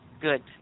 Good